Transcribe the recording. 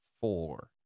four